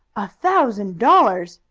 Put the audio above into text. a thousand dollars!